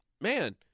man